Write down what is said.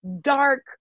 dark